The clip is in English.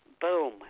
Boom